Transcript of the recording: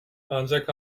ancak